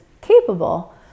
capable